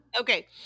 Okay